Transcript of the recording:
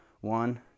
one